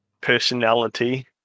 personality